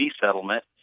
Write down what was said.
settlement